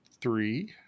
three